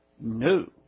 No